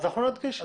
אנחנו נדגיש את זה.